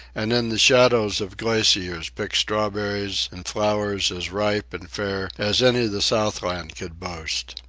and in the shadows of glaciers picked strawberries and flowers as ripe and fair as any the southland could boast.